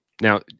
Now